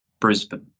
Brisbane